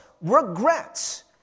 regrets